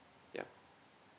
yup